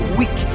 weak